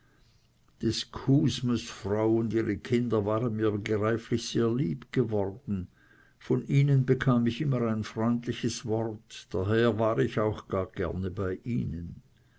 des g'husmes frau und ihre kinder waren mir begreiflich sehr lieb geworden von ihnen bekam ich immer ein freundliches wort daher war ich auch gar gerne bei ihnen